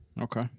Okay